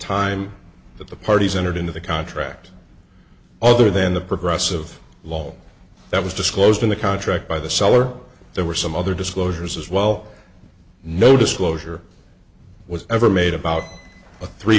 time that the parties entered into the contract other than the progressive lol that was disclosed in the contract by the seller there were some other disclosures as well no disclosure was ever made about a three